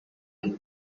kandi